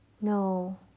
no